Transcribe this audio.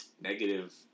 negative